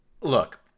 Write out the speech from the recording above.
Look